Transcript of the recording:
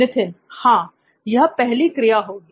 नित्थिन हां यह पहली क्रिया होगी